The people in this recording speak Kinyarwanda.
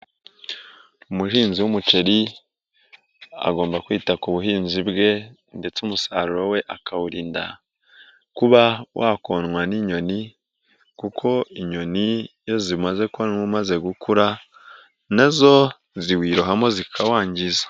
Umuhinzi w'umuceri agomba kwita ku buhinzi bwe; ndetse umusaruro we akawurinda kuba wakonnwa n'inyoni kuko inyoni iyo zimaze kubona umaze gukura nazo ziwirohamo zikawangiza.